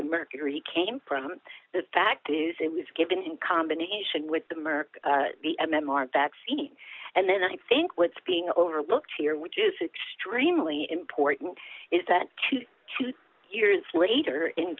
the mercury came from the fact is it was given in combination with the merck the m m r vaccine and then i think what's being overlooked here which is extremely important is that two to two years later in